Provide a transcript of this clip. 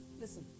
Listen